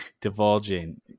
divulging